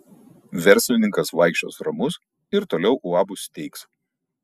verslininkas vaikščios ramus ir toliau uabus steigs